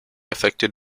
affected